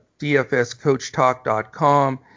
dfscoachtalk.com